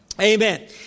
Amen